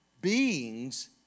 beings